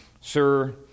Sir